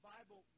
Bible